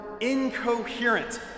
incoherent